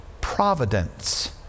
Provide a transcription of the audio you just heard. providence